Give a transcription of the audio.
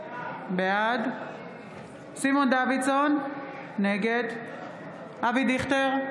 בעד סימון דוידסון, נגד אבי דיכטר,